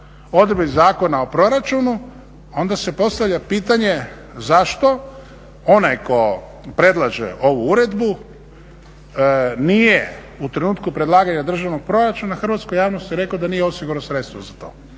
odredbi Zakona o proračunu onda se postavlja pitanje zašto onaj koji predlaže ovu uredbu nije u trenutku predlaganja državnog proračuna Hrvatskoj javnosti rekao da nije osigurao sredstva za to.